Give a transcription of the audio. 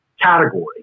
category